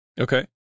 Okay